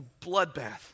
bloodbath